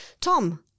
Tom